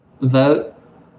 vote